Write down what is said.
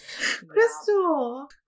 Crystal